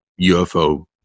UFO